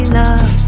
love